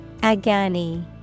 Agani